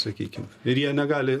sakykim ir jie negali